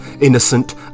innocent